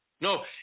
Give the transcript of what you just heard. No